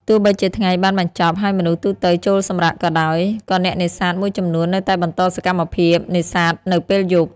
ទោះបីជាថ្ងៃបានបញ្ចប់ ហើយមនុស្សទូទៅចូលសម្រាកក៏ដោយ ក៏អ្នកនេសាទមួយចំនួននៅតែបន្តសកម្មភាពនេសាទនៅពេលយប់។